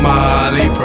Molly